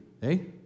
Hey